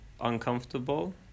uncomfortable